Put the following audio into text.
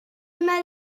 una